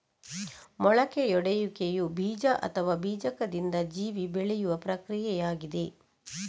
ಮೊಳಕೆಯೊಡೆಯುವಿಕೆಯು ಬೀಜ ಅಥವಾ ಬೀಜಕದಿಂದ ಜೀವಿ ಬೆಳೆಯುವ ಪ್ರಕ್ರಿಯೆಯಾಗಿದೆ